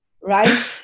right